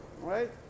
Right